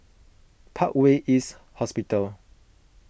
Parkway East Hospital